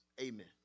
Amen